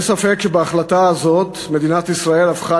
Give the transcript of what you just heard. אין ספק שבהחלטה הזו מדינת ישראל הפכה